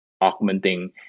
augmenting